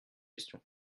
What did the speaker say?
questions